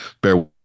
bear